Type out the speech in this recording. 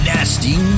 Nasty